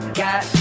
got